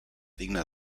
digne